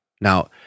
Now